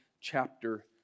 chapter